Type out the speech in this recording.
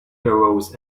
arose